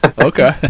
okay